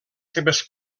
seves